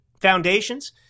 foundations